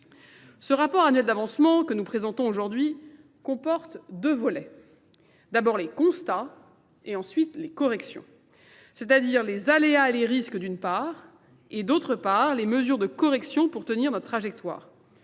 Ce rapport annuel d'avancement que nous présentons aujourd'hui comporte deux volets. D'abord les constats et ensuite les corrections. C'est-à-dire les aléas et les risques d'une part et d'autre part les mesures de correction pour tenir notre trajectoire.